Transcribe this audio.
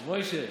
רב מוישה,